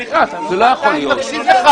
נציג האקדמיה,